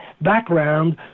background